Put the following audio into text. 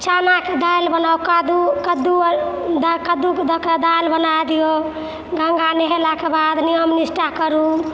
चनाके दालि बनाउ कद्दू कद्दूके दैकऽ दाल बना दिऔ गङ्गा नहेलाके बाद नियम निष्ठा करू